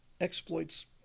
exploits